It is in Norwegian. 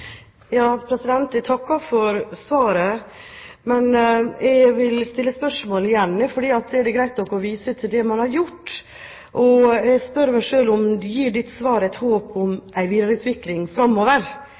Jeg takker for svaret, men jeg vil stille spørsmål igjen. Det er greit nok å vise til det man har gjort, men jeg spør meg selv om statsrådens svar gir et håp